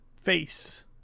face